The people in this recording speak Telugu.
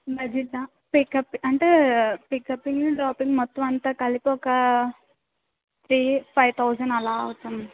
మ్యాజదా పికప్ అంటే పికప్ డ్రాపింగ్ మొత్తం అంతా కలిపి ఒక త్రీ ఫైవ్ థౌజండ్ అలా అవుతుంది